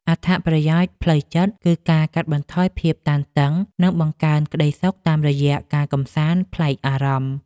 អត្ថប្រយោជន៍ផ្លូវចិត្តគឺការកាត់បន្ថយភាពតានតឹង និងការបង្កើនក្តីសុខតាមរយៈការកម្សាន្តប្លែកអារម្មណ៍។